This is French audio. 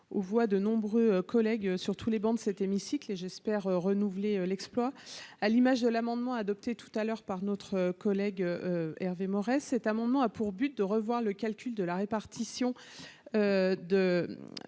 aux voix de nombreux collègues sur tous les bancs de cet hémicycle et j'espère renouveler l'exploit à l'image de l'amendement adopté tout à l'heure par notre collègue Hervé Maurey, cet amendement a pour but de revoir le calcul de la répartition de